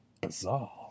bizarre